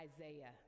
Isaiah